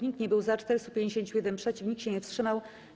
Nikt nie był za, 451 - przeciw, nikt się nie wstrzymał.